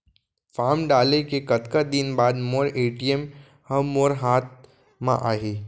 Form डाले के कतका दिन बाद मोर ए.टी.एम ह मोर हाथ म आही?